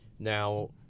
Now